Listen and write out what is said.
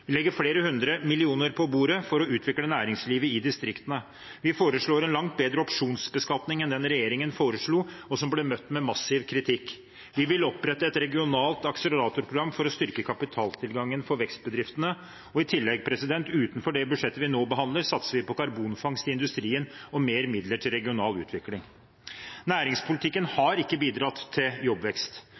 Vi legger flere hundre millioner kroner på bordet for å utvikle næringslivet i distriktene. Vi foreslår en langt bedre opsjonsbeskatning enn den regjeringen foreslo, og som ble møtt med massiv kritikk. Vi vil opprette et regionalt akseleratorprogram for å styrke kapitaltilgangen for vekstbedriftene. Og i tillegg, utenfor det budsjettet vi nå behandler, satser vi på karbonfangst i industrien og flere midler til regional utvikling. Næringspolitikken har ikke bidratt til jobbvekst.